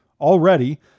Already